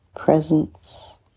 Presence